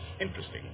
interesting